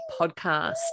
podcast